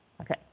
Okay